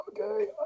okay